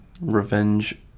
Revenge